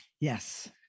yes